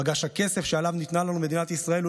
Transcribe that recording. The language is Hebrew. מגש הכסף שעליו ניתנה לנו מדינת ישראל הוא